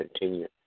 continue